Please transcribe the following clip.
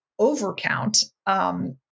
overcount